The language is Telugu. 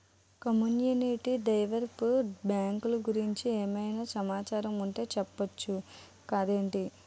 కమ్యునిటీ డెవలప్ బ్యాంకులు గురించి ఏమైనా సమాచారం ఉంటె చెప్పొచ్చు కదేటి